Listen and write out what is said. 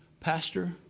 Pastor